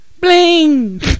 Bling